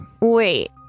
Wait